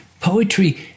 Poetry